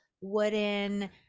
wooden